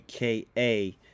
AKA